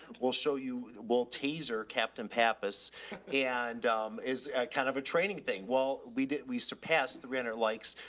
we'll show you, we'll taser captain pappas and m is kind of a training thing. well, we did, we surpassed three hundred likes.